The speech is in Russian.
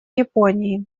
японии